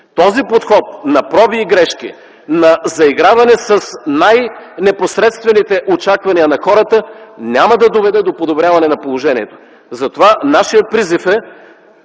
Този подход на проби и грешки, на заиграване с най-непосредствените очаквания на хората, няма да доведе до подобряване на положението. Затова нашият призив е